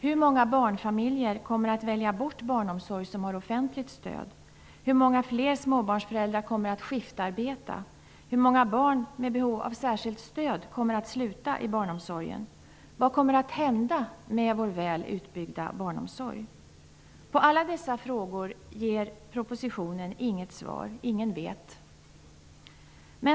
Hur många barnfamiljer kommer att välja bort barnomsorg som har offentligt stöd? Hur många fler småbarnsföräldrar kommer att skiftarbeta? Hur många barn med behov av särskilt stöd kommer att sluta i barnomsorgen? Vad kommer att hända med vår väl utbyggda barnomsorg? På alla dessa frågor ger propositionen inga svar. Ingen vet.